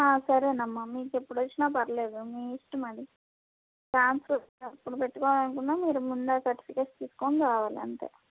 సరే అమ్మా మీకు ఎప్పుడు వచ్చిన పర్లేదు మీ ఇష్టం అది ట్రాన్స్ఫర్ ఎప్పుడు పెట్టుకోవాలి అనుకున్న మీరు ముందు ఆ సర్టిఫికేట్స్ తీసుకుని రావాలి అంతే